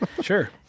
Sure